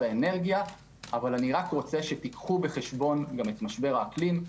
האנרגיה אבל אני רוצה שתיקחו בחשבון את משבר האקלים.